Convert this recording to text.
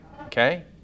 Okay